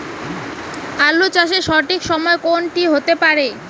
আলু চাষের সঠিক সময় কোন টি হতে পারে?